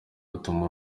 rutuma